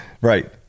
Right